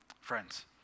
Friends